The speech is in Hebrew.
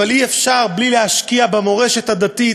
אבל אי-אפשר בלי להשקיע במורשת הדתית,